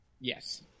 Yes